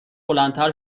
بلندتر